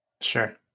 Sure